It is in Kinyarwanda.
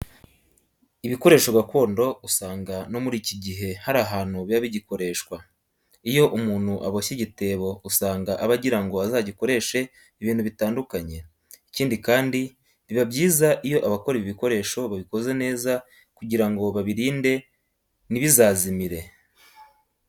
Ibikoresho gakondo usanga no muri iki gihe hari ahantu biba bigikoreshwa. Iyo umuntu aboshye igitebo usanga aba agira ngo azagikoreshe ibintu bitandukanye. Ikindi kandi, biba byiza iyo abakora ibi bikoresho babikoze neza kugira ngo babirinde ntibizazimire.